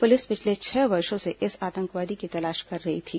police पिछले छह वर्षो से इस आतंकवादी की तलाश कर रही थी